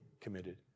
committed